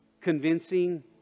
convincing